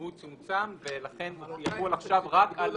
הוא צומצם ולכן הוא יחול עכשיו רק על